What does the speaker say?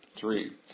Three